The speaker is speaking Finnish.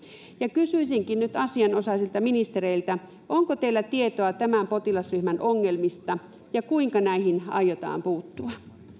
kysyisinkin nyt asianosaisilta ministereiltä onko teillä tietoa tämän potilasryhmän ongelmista ja kuinka näihin aiotaan puuttua